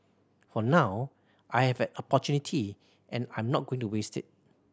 for now I have an opportunity and I'm not going to waste it